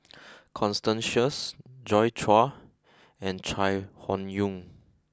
Constance Sheares Joi Chua and Chai Hon Yoong